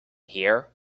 here